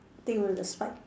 think will the spike